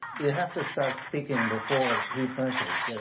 you have to start speaking before he finishes.